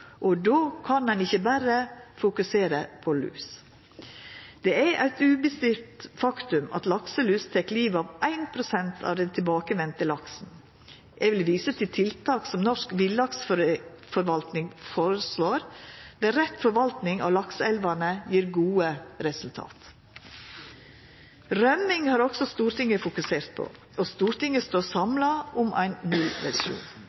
og då kan ein ikkje berre fokusera på lus. Det er eit uomstridd faktum at lakselus tek livet av 1 pst. av den tilbakevende laksen. Eg vil visa til tiltak som Norsk Villaksforvaltning føreslår, der rett forvaltning av lakseelvane gjev gode resultat. Rømming har Stortinget òg fokusert på, og Stortinget står